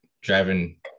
driving